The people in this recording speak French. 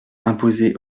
imposées